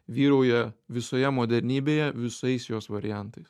vyrauja visoje modernybėje visais jos variantais